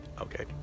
okay